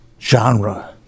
genre